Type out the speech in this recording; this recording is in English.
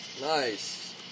Nice